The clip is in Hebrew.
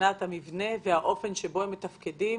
מבחינת המבנה והאופן שבו הם מתפקדים,